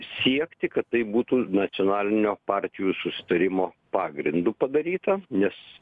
siekti kad tai būtų nacionalinio partijų susitarimo pagrindu padaryta nes